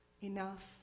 enough